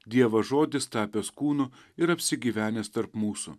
dieva žodis tapęs kūnu ir apsigyvenęs tarp mūsų